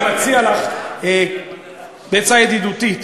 אני מציע לך עצה ידידותית: